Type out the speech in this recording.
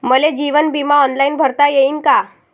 मले जीवन बिमा ऑनलाईन भरता येईन का?